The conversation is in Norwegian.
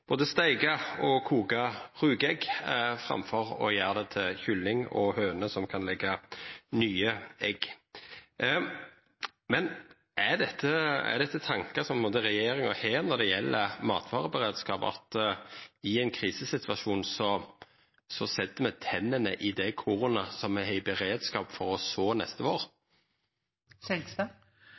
og koka rugeegg framfor å gjera det til kylling og høner som kan leggja nye egg. Men er det tankar som på ein måte regjeringa har når det gjeld matvareberedskap, at i ein krisesituasjon set me tennene i det kornet som me har i beredskap for å så neste